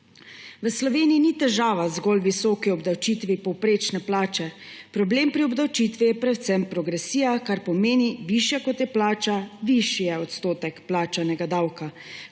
V Sloveniji ni težava zgolj v visoki obdavčitvi povprečne plače, problem pri obdavčitvi je predvsem progresija, kar pomeni, višja kot je plača, višji je odstotek plačanega davka,